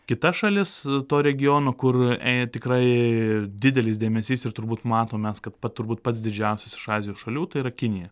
kitas šalis to regiono kur e tikrai didelis dėmesys ir turbūt matom mes kad pa turbūt pats didžiausias iš azijos šalių tai yra kinija